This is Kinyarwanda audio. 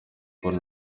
paul